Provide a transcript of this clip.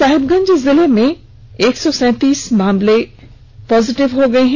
साहिबगंज जिले में एक सौ सैतीस मामले हो गए हैं